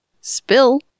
Spill